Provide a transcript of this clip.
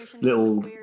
little